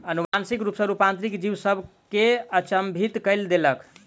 अनुवांशिक रूप सॅ रूपांतरित जीव सभ के अचंभित कय देलक